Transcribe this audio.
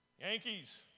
Yankees